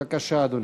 בבקשה, אדוני.